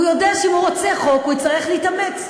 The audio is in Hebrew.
הוא יודע שאם הוא רוצה חוק, הוא יצטרך להתאמץ.